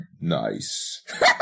Nice